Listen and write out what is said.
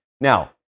Now